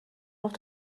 auf